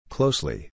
Closely